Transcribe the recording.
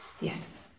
yes